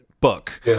book